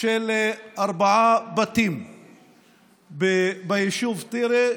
של ארבעה בתים ביישוב טירה.